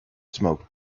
smoke